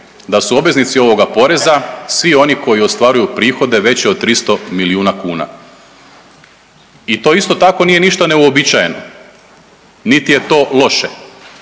da su obveznici ovoga poreza svi oni koji ostvaruju prihode veće od 300 milijuna kuna i to isto tako nije ništa neuobičajeno niti je to loše.